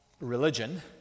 religion